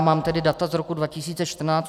Mám tady data z roku 2014.